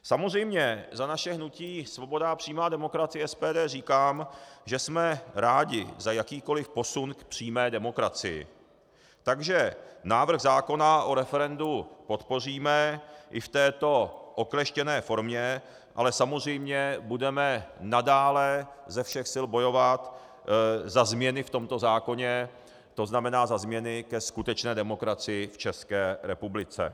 Samozřejmě za naše hnutí Svoboda a přímá demokracie, SPD, říkám, že jsme rádi za jakýkoli posun k přímé demokracii, takže návrh zákona o referendu podpoříme i v této okleštěné formě, ale samozřejmě budeme nadále ze všech sil bojovat za změny v tomto zákoně, tzn. za změny ke skutečné demokracii v České republice.